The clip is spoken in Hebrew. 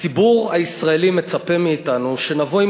הציבור הישראלי מצפה מאתנו שנבוא עם